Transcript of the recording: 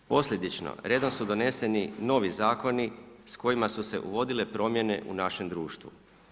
Posljedično redom su doneseni novi zakoni s kojima su se uvodile promjene u našem društvu.